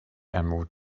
emerald